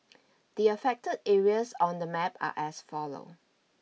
the affected areas on the map are as follow